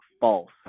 false